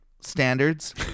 standards